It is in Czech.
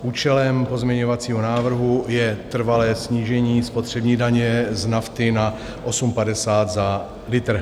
Účelem pozměňovacího návrhu je trvalé snížení spotřební daně z nafty na 8,50 za litr.